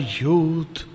youth